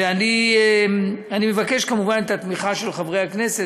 ואני מבקש כמובן את התמיכה של חברי הכנסת.